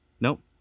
Nope